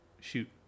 Shoot